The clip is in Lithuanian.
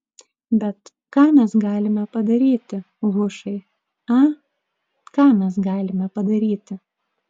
bet ką mes galime padaryti hušai a ką mes galime padaryti